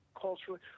culturally